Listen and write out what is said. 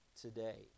today